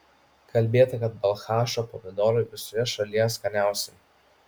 kalbėta kad balchašo pomidorai visoje šalyje skaniausi